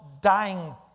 dying